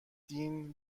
دین